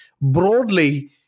broadly